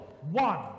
one